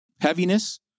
heaviness